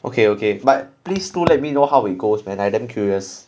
okay okay but please do let me know how it goes man I damn curious